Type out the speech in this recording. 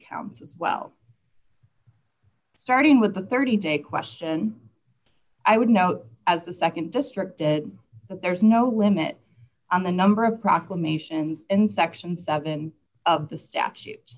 count as well starting with the thirty day question i would note as the nd district did that there's no limit on the number of proclamations in section seven of the statute